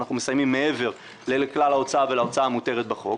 אנחנו מסיימים מעבר לכלל ההוצאה ולהוצאה המותרת בחוק,